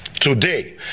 Today